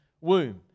womb